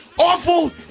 Awful